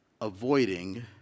avoiding